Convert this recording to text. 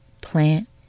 plant